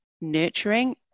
nurturing